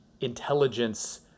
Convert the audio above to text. intelligence